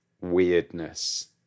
weirdness